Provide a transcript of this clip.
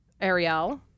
Ariel